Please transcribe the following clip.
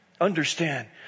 Understand